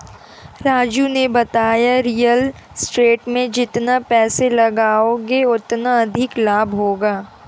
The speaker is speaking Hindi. राजू ने बताया रियल स्टेट में जितना पैसे लगाओगे उतना अधिक लाभ होगा